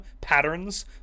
patterns